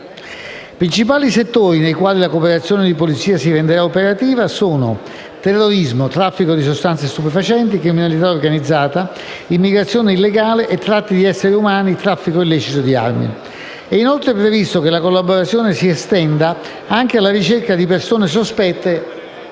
principali settori nei quali la cooperazione di polizia si renderà operativa sono, tra gli altri: terrorismo, traffico di sostanze stupefacenti, criminalità organizzata, immigrazione illegale e tratta di esseri umani, traffico illecito di armi. È inoltre previsto che la collaborazione si estenda anche alla ricerca di persone sospette